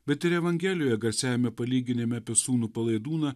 bet ir evangelijoje garsiajame palyginime apie sūnų palaidūną